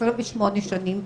28 שנים בתחום.